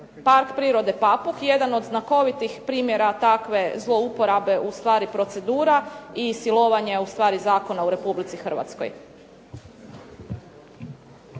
Park prirode "Papuk" jedan od znakovitih primjera takve zlouporabe ustvari procedura i silovanje zakona u Republici Hrvatskoj.